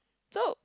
so